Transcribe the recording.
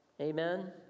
Amen